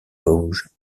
vosges